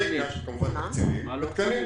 זה עניין כמובן תקציבי ותקנים.